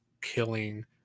killing